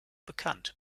bekannt